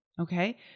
Okay